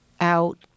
out